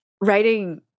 writing